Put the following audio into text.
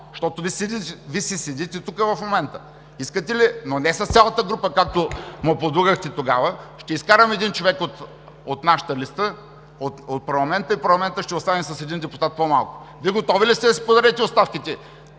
Вие си седите тук, но не с цялата група, както ме подлъгахте тогава. Ще изкарам един човек от нашата листа от парламента и парламентът ще остане с един депутат по-малко. Вие готови ли сте да си подадете оставките,